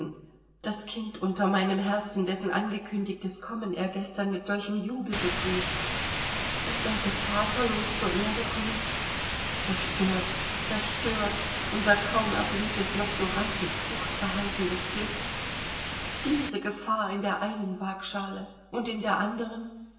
das kind unter meinem herzen dessen angekündigtes kommen er gestern mit solchem jubel begrüßt es sollte vaterlos zur erde kommen zerstört zerstört unser kaum erblühtes noch so reiche frucht verheißendes glück diese gefahr in der einen wagschale und in der anderen